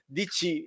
dici